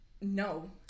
no